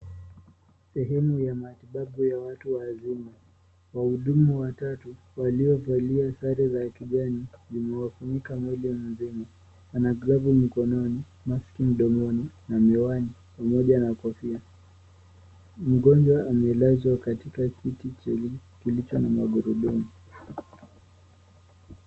Sehemu ya matibabu ya watu wazima. Wahudumu watatu, waliovalia sare za kijani, zimewafunika mwili mzima. Wana glavu mikononi, maski mdomoni, na miwani, pamoja na kofia. Mgonjwa amelazwa katika kiti cheli, kilicho na magurudumu.